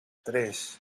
tres